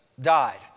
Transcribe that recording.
died